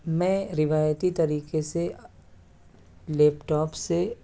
میں روایتی طریقے سے لیپٹاپ سے